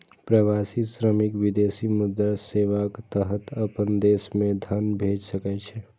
प्रवासी श्रमिक विदेशी मुद्रा सेवाक तहत अपना देश मे धन भेज सकै छै